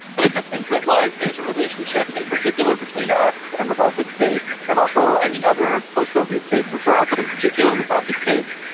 but i just think writ large, there's a relationship in particular between the us and the baltic states. and also, i mean, other post-soviet states as well, but in particular the baltic states.